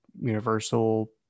universal